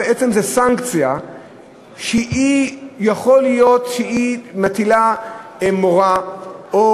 זו בעצם סנקציה שיכול להיות שהיא מטילה מורא או